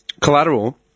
Collateral